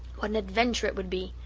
what an adventure it would be!